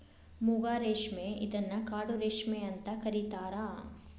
ಮೂಗಾ ರೇಶ್ಮೆ ಇದನ್ನ ಕಾಡು ರೇಶ್ಮೆ ಅಂತ ಕರಿತಾರಾ